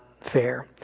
fair